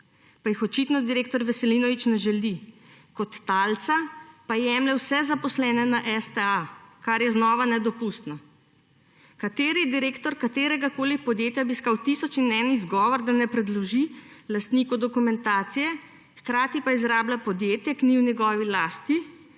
pa jih očitno direktor Veselinovič ne želi. Kot talca pa jemlje vse zaposlene na STA, kar je znova nedopustno. Kateri direktor kateregakoli podjetja bi iskal tisoč in en izgovor, da ne predloži lastniku dokumentacije; hkrati pa izrablja podjetje, ki ni v njegovi lasti,